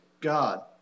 God